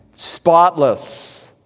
Spotless